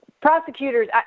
prosecutors